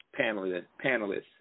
panelists